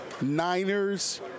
niners